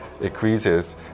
increases